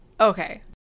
Okay